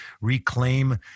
reclaim